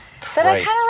Christ